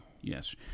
Yes